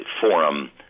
forum